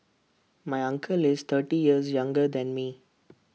my uncle is thirty years younger than me